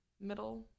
middle